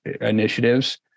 initiatives